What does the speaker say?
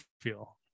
feel